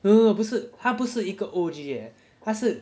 no no no 不是他不是一个 O_G eh 他是